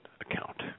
account